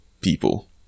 people